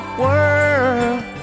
world